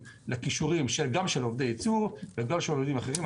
לכישורים גם של עובדי ייצור וגם של עובדים אחרים.